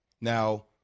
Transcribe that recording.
now